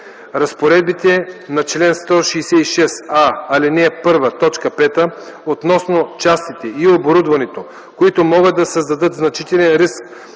Разпоредбите на чл. 166а, ал. 1, т. 5 относно частите и оборудването, които могат да създадат значителен риск